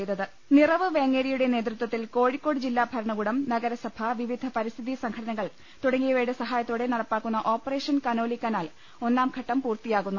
ലലലലലലലലലലലലല നിറവ് വേങ്ങേരിയുടെ നേതൃത്വത്തിൽ കോഴിക്കോട് ജില്ലാഭരണകൂടം നഗരസഭ വിവിധ പരിസ്ഥിതി സംഘ ടനകൾ തുടങ്ങിയവയുടെ സഹായത്തോടെ നടപ്പാക്കുന്ന ഓപ്പറേഷൻ കനോലികനാൽ ഒന്നാം ഘട്ടം പൂർത്തിയാ കുന്നു